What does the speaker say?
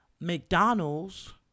McDonald's